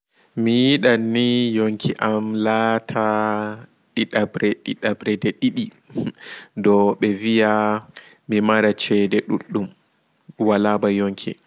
Mi yiɗan ni yonki am laata ɗiɗaɓre ɗiɗaɓre nɗe ɗiɗi ɗou ɓe wi'a mi mara ceɗe ɗuɗɗum wala ɓana yonki.